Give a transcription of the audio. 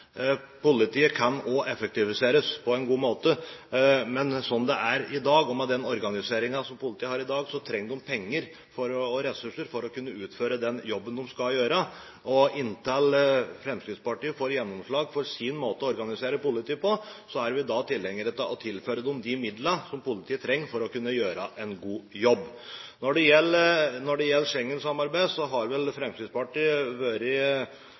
Politiet kan også effektiviseres på en god måte. Men slik det er med den organiseringen som politiet har i dag, trenger de penger og ressurser for å kunne utføre den jobben de skal gjøre. Inntil Fremskrittspartiet får gjennomslag for sin måte å organisere politiet på, er vi tilhengere av å tilføre politiet de midlene de trenger for å kunne gjøre en god jobb. Når det gjelder Schengensamarbeidet, har Fremskrittspartiet vært rimelig klare på at den grensekontrollen vi har i dag, ikke er en tilfredsstillende måte å kontrollere grensen på. Fremskrittspartiet